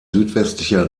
südwestlicher